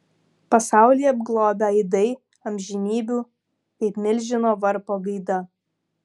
pasaulį apglobę aidai amžinybių kaip milžino varpo gaida